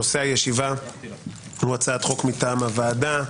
נושא הישיבה הוא הצעת חוק מטעם הוועדה,